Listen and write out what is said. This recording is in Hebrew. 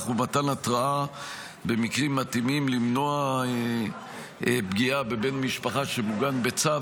ומתן התרעה במקרים מתאימים למנוע פגיעה בבן משפחה שמוגן בצו.